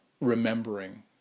remembering